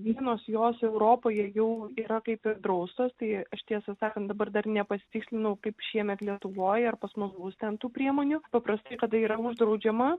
vienos jos europoje jau yra kaip draustos tai aš tiesą sakant dabar dar nepasitikslinau kaip šiemet lietuvoj ar pas bus ten tų priemonių paprastai kada yra uždraudžiama